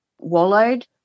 wallowed